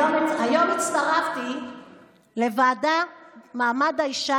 היום הצטרפתי לישיבת הוועדה למעמד האישה